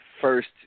first